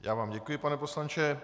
Já vám děkuji, pane poslanče.